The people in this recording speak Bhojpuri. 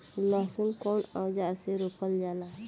लहसुन कउन औजार से रोपल जाला?